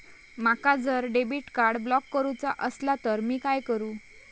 माका जर debit card block करूचा असला तर मी काय करू?